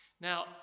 Now